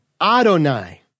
Adonai